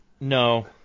no